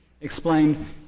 explained